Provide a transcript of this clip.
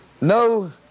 no